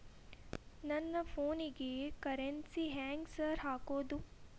ನನ್ ಫೋನಿಗೆ ಕರೆನ್ಸಿ ಹೆಂಗ್ ಸಾರ್ ಹಾಕೋದ್?